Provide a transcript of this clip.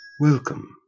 Welcome